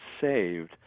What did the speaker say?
saved